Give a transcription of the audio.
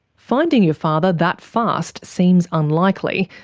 finding your father that fast seems unlikely.